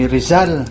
Rizal